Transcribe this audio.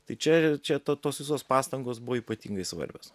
tai čia čia ta tos visos pastangos buvo ypatingai svarbios